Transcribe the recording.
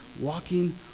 walking